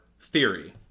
theory